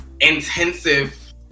intensive